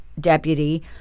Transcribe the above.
deputy